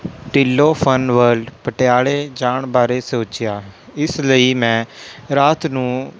Dhillon fun world ਪਟਿਆਲੇ ਜਾਣ ਬਾਰੇ ਸੋਚਿਆ ਇਸ ਲਈ ਮੈਂ ਰਾਤ ਨੂੰ